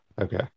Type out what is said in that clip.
Okay